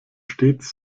stets